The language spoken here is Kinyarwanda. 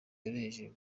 yoroheje